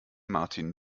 martin